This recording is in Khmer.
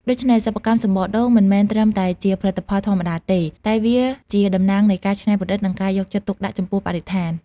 ដូច្នេះ សិប្បកម្មសំបកដូងមិនមែនត្រឹមតែជាផលិតផលធម្មតាទេ តែវាជាតំណាងនៃការច្នៃប្រឌិតនិងការយកចិត្តទុកដាក់ចំពោះបរិស្ថាន។